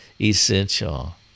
essential